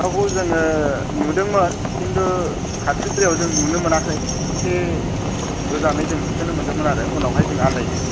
सिखावखौ जोङो नुदोंमोन खिनथु खाथिद्रायाव जों नुनो मोनाखै एसे गोजानै जों होसोनो मोनदोंमोन आरो उनावहाय जों आनदायदों